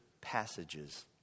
passages